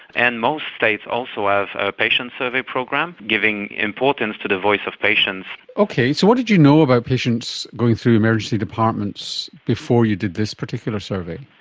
and most states also have a patient survey program, giving importance to the voice of patients. okay, so what did you know about patients going through emergency departments before you did this particular survey?